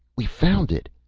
we've found it,